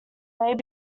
might